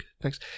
Thanks